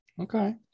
Okay